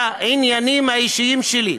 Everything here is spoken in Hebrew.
לעניינים האישיים שלי,